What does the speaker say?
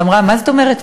ואמרה: מה זאת אומרת?